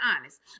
honest